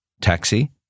Taxi